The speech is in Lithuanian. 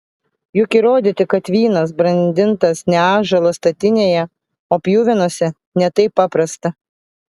juk įrodyti kad vynas brandintas ne ąžuolo statinaitėje o pjuvenose ne taip paprasta